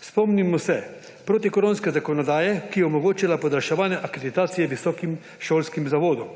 Spomnimo se protikoronske zakonodaje, ki je omogočila podaljševanje akreditacije visokošolskim zavodom,